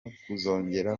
kuzongera